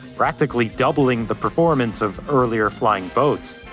practically doubling the performance of earlier flying boats.